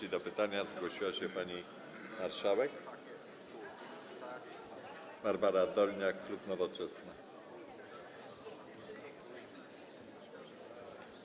Do zadania pytania zgłosiła się pani marszałek Barbara Dolniak, klub Nowoczesna.